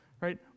Right